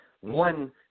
One